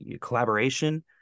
collaboration